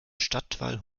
stadtwall